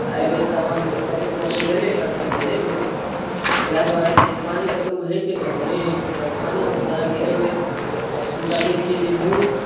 एहिबेर तऽ आम कतहु कतहु भेलै कतहु कतहु नहि भेले वएह दुआरे पानि कतहु होइ छै कतहु नहि होइ छै तऽ पानि जेनाकि एहिबेर आब से देखै छिए जे मूँग